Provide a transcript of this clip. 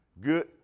Good